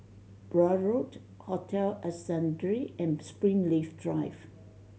Blair Road Hotel Ascendere and Springleaf Drive